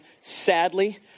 Sadly